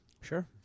Sure